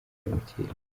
abimukira